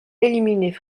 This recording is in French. éliminer